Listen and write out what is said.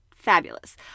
Fabulous